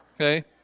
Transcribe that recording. Okay